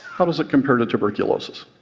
how does it compare to tuberculosis?